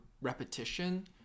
repetition